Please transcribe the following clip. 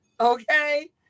okay